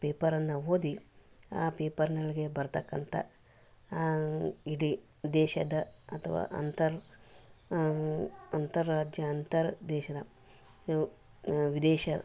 ಪೇಪರನ್ನ ಓದಿ ಆ ಪೇಪರಿನೊಳಗೆ ಬರತಕ್ಕಂಥ ಇಡೀ ದೇಶದ ಅಥವಾ ಅಂತರ್ ಅಂತರ್ ರಾಜ್ಯ ಅಂತರ್ ದೇಶದ ವಿದೇಶ